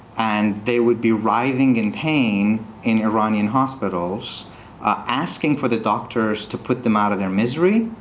and they would be writhing in pain in iranian hospitals asking for the doctors to put them out of their misery,